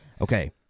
Okay